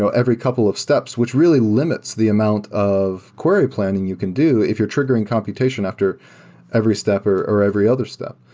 so every couple of steps, which really limits the amount of query planning you can do if you're triggering computation after every step or or every other step.